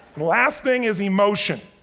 last thing is emotion.